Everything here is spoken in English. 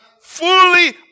fully